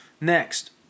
Next